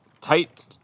tight